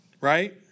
Right